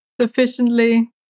Sufficiently